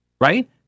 right